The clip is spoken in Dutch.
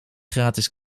gratis